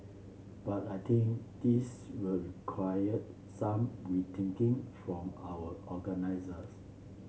but I think this will require some rethinking from our organisers